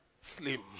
Slim